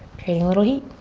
creating a little heat.